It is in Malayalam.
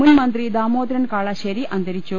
മുൻമന്ത്രി ദാമോദ്ദരൻ കാളാശ്ശേരി അന്തരിച്ചു